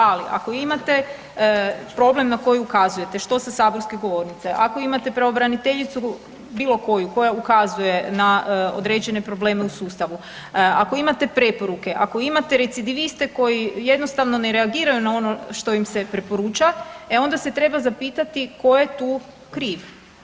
Ali ako imate problem na koji ukazujete što sa saborske govornice, ako imate pravobraniteljicu bilo koju koja ukazuje na određene probleme u sustavu, ako imate preporuke, ako imate recidiviste koji jednostavno ne reagiraju na ono što im se preporuča e onda se treba zapitati tko je tu kriv.